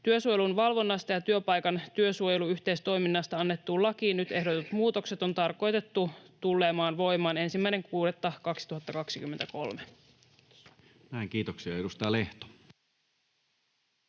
Työsuojelun valvonnasta ja työpaikan työsuojeluyhteistoiminnasta annettuun lakiin nyt ehdotetut muutokset on tarkoitettu tulemaan voimaan 1.6.2023. [Speech 107] Speaker: